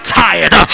tired